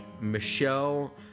Michelle